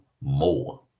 more